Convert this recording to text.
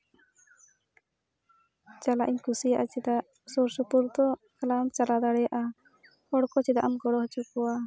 ᱪᱟᱞᱟᱜ ᱤᱧ ᱠᱩᱥᱤᱭᱟᱜᱼᱟ ᱪᱮᱫᱟᱜ ᱥᱮ ᱥᱩᱨ ᱥᱩᱯᱩᱨ ᱫᱚ ᱮᱠᱞᱟ ᱦᱚᱸᱢ ᱪᱟᱞᱟᱣ ᱫᱟᱲᱮᱭᱟᱜᱼᱟ ᱦᱚᱲᱠᱚ ᱪᱮᱫᱟᱜ ᱮᱢ ᱜᱚᱲᱚ ᱦᱚᱪᱚ ᱠᱚᱣᱟ